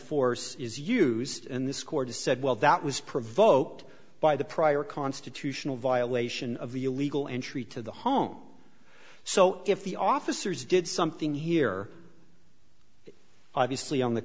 force is used in this court has said well that was provoked by the prior constitutional violation of the illegal entry to the home so if the officers did something here obviously on the